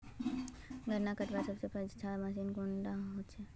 गन्ना कटवार सबसे अच्छा मशीन कुन डा छे?